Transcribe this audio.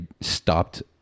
stopped